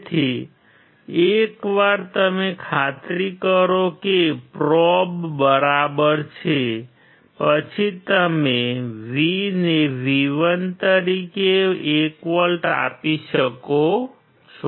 તેથી એકવાર તમે ખાતરી કરો કે પ્રોબ બરાબર છે પછી તમે V ને V1 તરીકે 1 વોલ્ટ આપી શકો છો